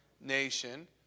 nation